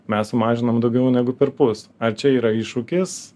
mes sumažinom daugiau negu perpus ar čia yra iššūkis